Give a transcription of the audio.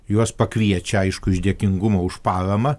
juos pakviečia aišku iš dėkingumo už paramą